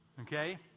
Okay